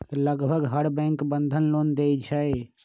लगभग हर bank Bandhan loan देई छई